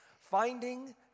finding